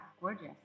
gorgeous